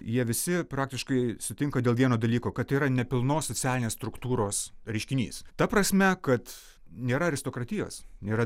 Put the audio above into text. jie visi praktiškai sutinka dėl vieno dalyko kad tai yra nepilnos socialinės struktūros reiškinys ta prasme kad nėra aristokratijos nėra